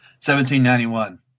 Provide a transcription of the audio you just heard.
1791